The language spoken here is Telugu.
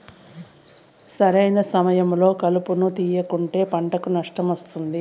సరైన సమయంలో కలుపును తేయకుంటే పంటకు నష్టం వస్తాది